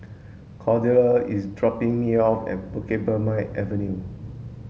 Cordella is dropping me off at Bukit Purmei Avenue